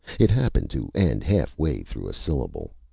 it happened to end halfway through a syllable.